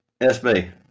SB